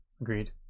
agreed